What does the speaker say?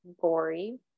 gory